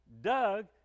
Doug